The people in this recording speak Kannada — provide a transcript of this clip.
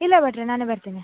ಇಲ್ಲ ಭಟ್ಟರೇ ನಾನೇ ಬರ್ತೇನೆ